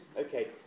Okay